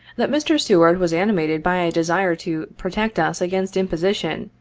that mr. seward was animated by a desire to protect us against imposition,